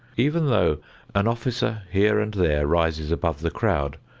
even though an officer here and there rises above the crowd,